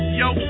yo